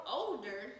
older